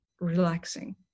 relaxing